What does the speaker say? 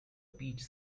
peach